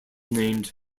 named